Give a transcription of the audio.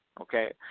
okay